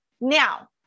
Now